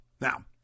Now